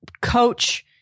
coach